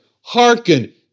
hearken